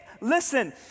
Listen